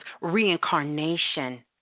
reincarnation